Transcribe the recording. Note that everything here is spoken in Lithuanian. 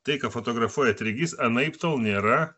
tai ką fotografuoja treigys anaiptol nėra